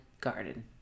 garden